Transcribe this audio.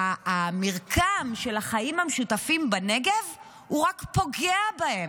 והמרקם של החיים המשותפים בנגב, הוא רק פוגע בו.